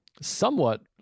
somewhat